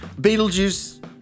Beetlejuice